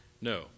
No